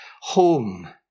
home